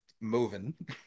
moving